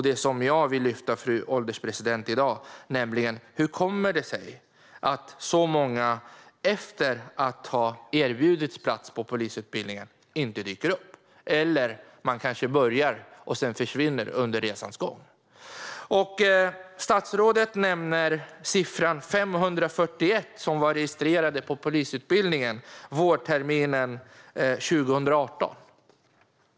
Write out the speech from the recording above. Det som jag vill lyfta fram i dag, fru ålderspresident, är hur det kommer sig att så många inte dyker upp efter att ha erbjudits plats på polisutbildningen eller kanske börjar och sedan försvinner under resans gång. Statsrådet nämner att 541 personer var registrerade på polisutbildningen vårterminen 2018.